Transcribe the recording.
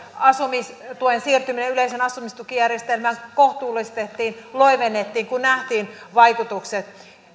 asumistuen siirtyminen yleiseen asumistukijärjestelmään kohtuullistettiin loivennettiin kun nähtiin vaikutukset